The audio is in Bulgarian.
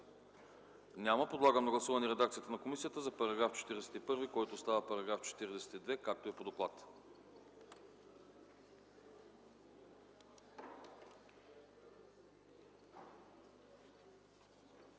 Няма. Подлагам на гласуване редакцията на комисията за § 45, който става § 46, както е по доклад.